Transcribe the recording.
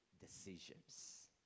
decisions